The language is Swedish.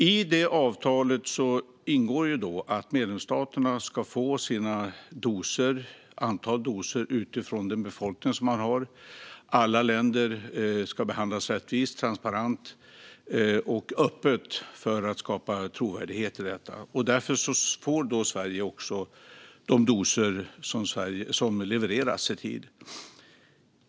I avtalet ingår att medlemsstaterna ska få ett antal doser utifrån den befolkning de har. Alla länder ska behandlas rättvist, transparent och öppet för att skapa trovärdighet i detta. Därför får Sverige de doser som levereras i tid.